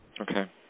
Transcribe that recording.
Okay